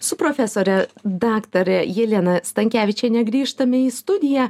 su profesore daktare jelena stankevičiene grįžtame į studiją